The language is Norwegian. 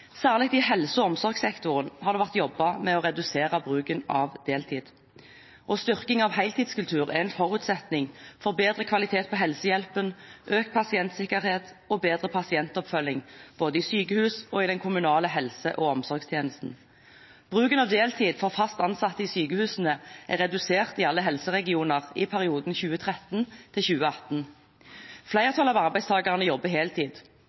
Særlig i helse- og omsorgssektoren har det vært jobbet med å redusere bruken av deltid. Styrking av heltidskultur er en forutsetning for bedre kvalitet på helsehjelpen, økt pasientsikkerhet og bedre pasientoppfølging både i sykehus og i den kommunale helse- og omsorgstjenesten. Bruken av deltid for fast ansatte i sykehusene ble redusert i alle helseregioner i perioden 2013–2018. Flertallet av arbeidstakerne jobber